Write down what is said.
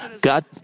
God